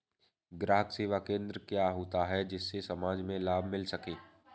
ग्राहक सेवा केंद्र क्या होता है जिससे समाज में लाभ मिल सके?